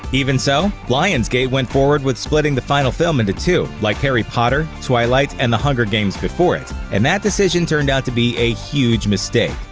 even so, lionsgate went forward with splitting the final film into two, like harry potter, twilight, and the hunger games before it, and that decision turned out to be a huge mistake.